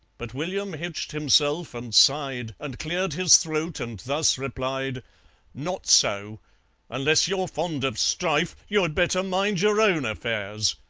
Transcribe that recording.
but william hitched himself and sighed, and cleared his throat, and thus replied not so unless you're fond of strife, you'd better mind your own affairs,